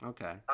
Okay